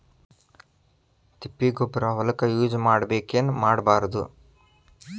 ತಿಪ್ಪಿಗೊಬ್ಬರ ಹೊಲಕ ಯೂಸ್ ಮಾಡಬೇಕೆನ್ ಮಾಡಬಾರದು?